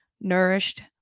nourished